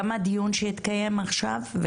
גם הדיון שהתקיים עכשיו,